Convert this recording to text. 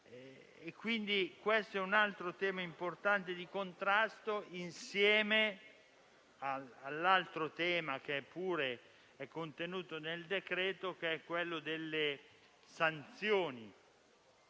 questo è un altro tema importante di contrasto, insieme all'altro tema, sempre contenuto nel decreto-legge, che è quello delle sanzioni